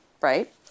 right